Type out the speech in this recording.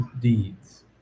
deeds